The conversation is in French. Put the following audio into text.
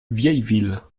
vieilleville